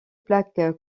plaque